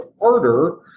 harder